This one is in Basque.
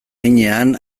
heinean